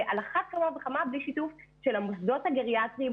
ועל אחת כמה וכמה בלי שיתוף של המוסדות הגריאטריים,